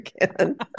again